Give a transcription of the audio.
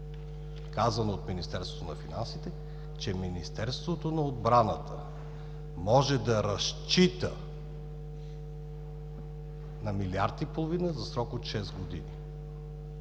казано от Министерството на финансите, че „Министерството на отбраната може да разчита на милиард и половина за срок от шест години,